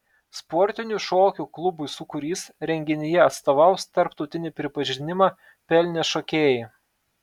sportinių šokių klubui sūkurys renginyje atstovaus tarptautinį pripažinimą pelnę šokėjai